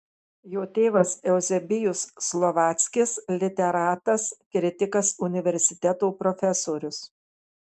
jo tėvas euzebijus slovackis literatas kritikas universiteto profesorius